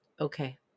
okay